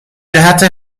جهت